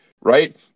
right